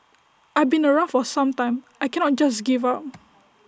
I've been around for some time I cannot just give up